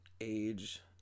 age